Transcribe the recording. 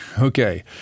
Okay